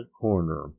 corner